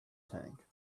tank